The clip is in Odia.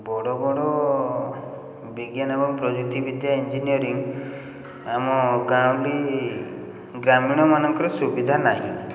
ବଡ଼ ବଡ଼ ବିଜ୍ଞାନ ଓ ପ୍ରଯୁକ୍ତିବିଦ୍ୟା ଇଞ୍ଜିନିୟରିଙ୍ଗ ଆମ ଗାଁ ବି ଗ୍ରାମୀଣମାନଙ୍କରେ ସୁବିଧା ନାହିଁ